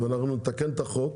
אנחנו נתקן את החוק,